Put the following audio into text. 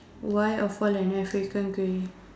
why of all an African grey